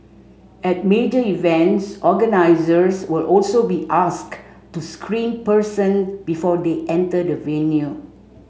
at major events organisers will also be asked to screen person before they enter the venue